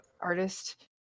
artist